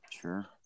sure